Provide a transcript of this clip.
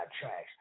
trash